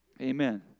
Amen